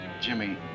Jimmy